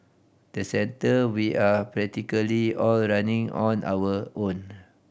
the centre we are practically all running on our own